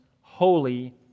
holy